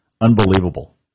unbelievable